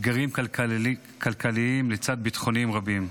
אתגרים כלכליים לצד אתגרים ביטחוניים רבים.